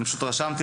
השולחן.